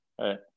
right